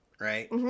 right